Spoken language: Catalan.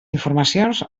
informacions